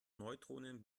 neutronen